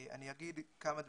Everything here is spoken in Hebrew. אני אגיד כמה דברים.